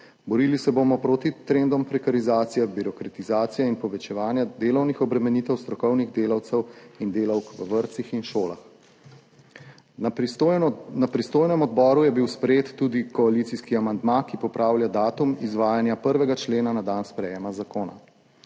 borili se bomo proti trendom prekarizacije, birokratizacije in povečevanja delovnih obremenitev strokovnih delavcev in delavk v vrtcih in šolah. Na pristojnem odboru je bil sprejet tudi koalicijski amandma, ki popravlja datum izvajanja 1. člena na dan sprejema zakona.